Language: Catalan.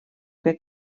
que